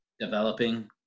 developing